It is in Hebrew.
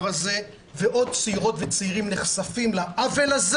זה ועוד צעירות וצעירים נחשפים לעוול הזה,